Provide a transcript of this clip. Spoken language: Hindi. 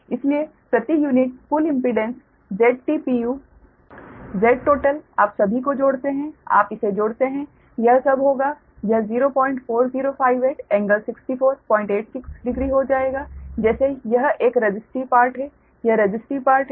इसलिए प्रति यूनिट कुल इम्पीडेंस ZT Z टोटल आप सभी को जोड़ते हैं आप इसे जोड़ते हैं यह सब होगा यह 04058∟64860 हो जाएगा जैसे यह एक रसिस्टिव पार्ट है यह रसिस्टिव पार्ट है